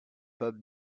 hop